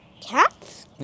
cats